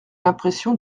l’impression